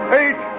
eight